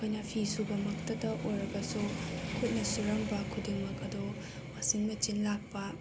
ꯑꯩꯈꯣꯏꯅ ꯐꯤ ꯁꯨꯕ ꯃꯛꯇꯗ ꯑꯣꯏꯔꯒꯁꯨ ꯈꯨꯠꯅ ꯁꯨꯔꯝꯕ ꯈꯨꯗꯤꯡꯃꯛ ꯑꯗꯨ ꯋꯥꯁꯤꯡ ꯃꯦꯆꯤꯟ ꯂꯥꯛꯄ